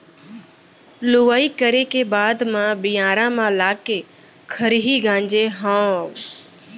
लुवई करे के बाद म बियारा म लाके खरही गांजे हँव